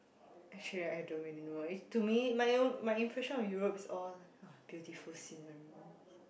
actually I don't really know is to me my own my impression of Europe is all beautiful scenery